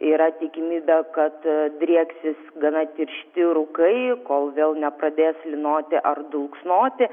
yra tikimybė kad drieksis gana tiršti rūkai kol vėl nepradės lynoti ar dulksnoti